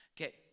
Okay